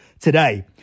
today